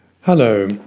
Hello